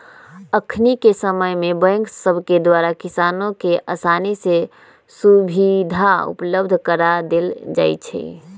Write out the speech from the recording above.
अखनिके समय में बैंक सभके द्वारा किसानों के असानी से सुभीधा उपलब्ध करा देल जाइ छइ